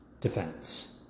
defense